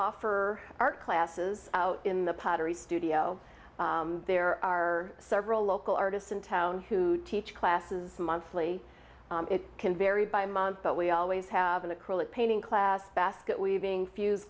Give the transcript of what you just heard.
offer our classes out in the pottery studio there are several local artists in town who teach classes monthly it can vary by month but we always have an acrylic painting class basket weaving fu